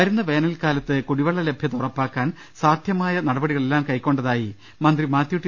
വരുന്ന വേനൽക്കാലത്ത് കുടിവെള്ള ലഭൃത ഉറപ്പാക്കാൻ സാധൃ മായ നടപടികളെല്ലാം കൈക്കൊണ്ടതായി മന്ത്രി മാതൃ്യു ടി